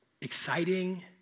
exciting